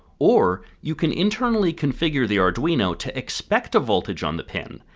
or, you can internally configure the arduino to expect a voltage on the pin,